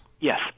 Yes